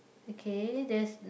okay there's